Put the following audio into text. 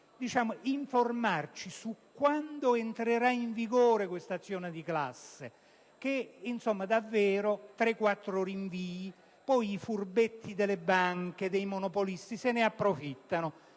per informarci su quando entrerà in vigore questa azione di classe, che ha già visto tre o quattro rinvii. I furbetti delle banche e dei monopolisti se ne approfittano!